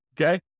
Okay